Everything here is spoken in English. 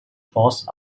forced